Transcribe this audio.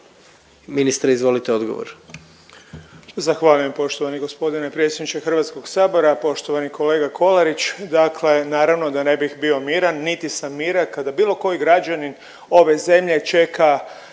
Ministre izvolite odgovor.